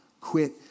quit